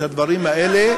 את הדברים האלה,